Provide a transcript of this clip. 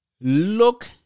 look